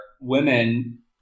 women